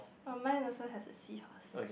oh mine also have a seahorse